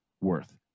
worth